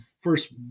first